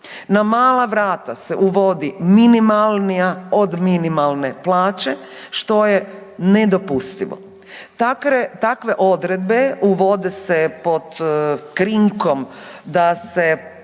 Na mala vrata se uvodi minimalnija od minimalne plaće što je nedopustivo. Takve odredbe uvode se pod krinkom da se